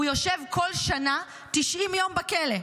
הוא יושב כל שנה 90 יום בכלא.